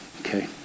Okay